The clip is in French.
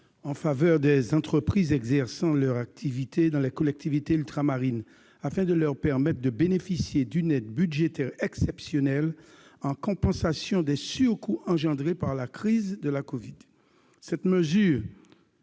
en faveur des entreprises exerçant leur activité dans les collectivités ultramarines afin de leur permettre de bénéficier d'une aide budgétaire exceptionnelle en compensation des surcoûts engendrés par la crise de la covid.